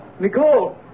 Nicole